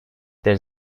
there